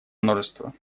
множество